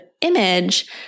image